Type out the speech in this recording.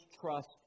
trust